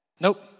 Nope